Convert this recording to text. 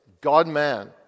God-man